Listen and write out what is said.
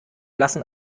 lassen